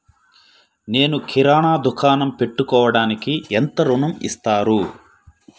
నేను కిరాణా దుకాణం పెట్టుకోడానికి ఎంత ఋణం ఇస్తారు?